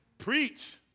Preach